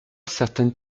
certaines